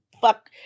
fuck